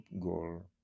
goal